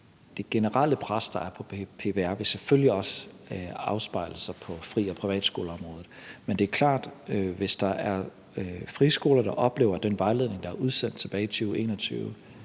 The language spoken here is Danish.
Det generelle pres, der er på PPR-området, vil selvfølgelig også afspejle sig på fri- og privatskoleområdet, men det er klart, at hvis der er friskoler, der oplever, at den vejledning, der er sendt ud tilbage i 2021,